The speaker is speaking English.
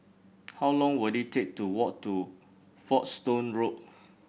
how long will it take to walk to Folkestone Road